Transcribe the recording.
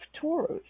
Taurus